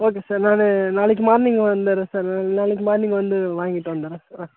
okay sir நான் நாளைக்கு morning வந்துடுறேன் சார் நாளைக்கு மார்னிங் வந்து வாங்கிட்டு வந்துடுறேன் ஆ